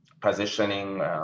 positioning